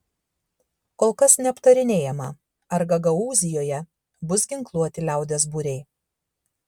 kol kas neaptarinėjama ar gagaūzijoje bus ginkluoti liaudies būriai